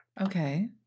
Okay